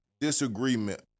disagreement